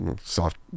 soft